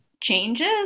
changes